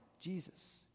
Jesus